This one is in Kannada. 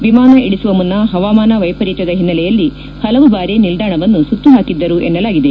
ವಿಮಾನ ಇಳಿಸುವ ಮುನ್ನ ಹವಾಮಾನ ವೈಪರೀತ್ಯದ ಹಿನ್ನೆಲೆಯಲ್ಲಿ ಹಲವು ಬಾರಿ ನಿಲ್ದಾಣವನ್ನು ಸುತ್ತು ಹಾಕಿದ್ದರು ಎನ್ನಲಾಗಿದೆ